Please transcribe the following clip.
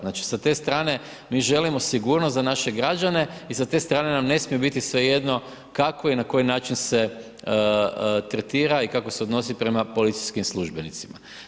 Znači, sa te strane mi želimo sigurnost za naše građane i sa te strane nam ne smije biti svejedno kako i na koji način se tretira i kako se odnosi prema policijskim službenicima.